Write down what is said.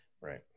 Right